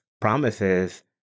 promises